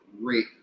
Great